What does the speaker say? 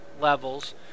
levels